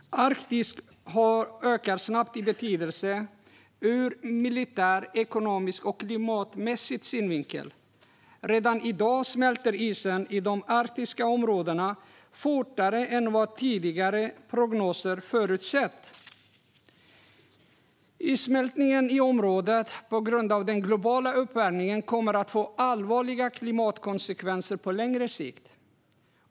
Arktis ökar snabbt i betydelse ur militär, ekonomisk och klimatmässig synvinkel. Redan i dag smälter isen i de arktiska områdena fortare än vad tidigare prognoser förutsett. Issmältningen i området på grund av den globala uppvärmningen kommer att få allvarliga klimatkonsekvenser på längre sikt.